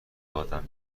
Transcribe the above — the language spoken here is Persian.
دادن